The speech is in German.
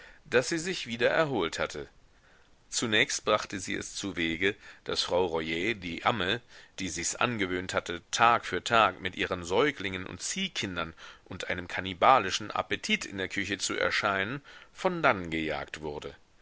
daß sie sich wieder erholt hatte zunächst brachte sie es zuwege daß frau rollet die amme die sichs angewöhnt hatte tag für tag mit ihren säuglingen und ziehkindern und einem kannibalischen appetit in der küche zu erscheinen von dannen gejagt wurde